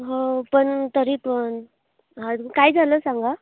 हो पण तरी पण आणि काय झालं सांगा